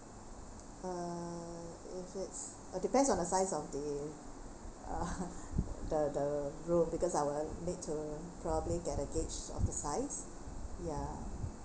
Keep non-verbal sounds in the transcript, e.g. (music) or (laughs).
uh if it's uh depends on the size of the uh (laughs) the the room because I will need to probably get a gauge of the size ya